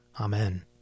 Amen